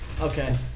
Okay